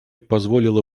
позволило